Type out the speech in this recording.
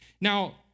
Now